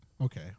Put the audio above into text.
Okay